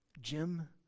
Jim